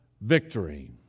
Victory